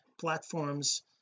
platforms